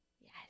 Yes